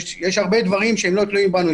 ויש הרבה דברים שלא תלויים בנו,